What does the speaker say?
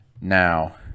Now